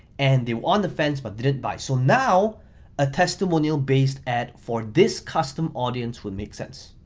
and they were on the fence, but didn't buy. so now a testimonial-based ad for this custom audience would make sense.